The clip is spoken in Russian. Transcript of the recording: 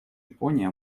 япония